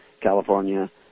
California